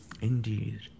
indeed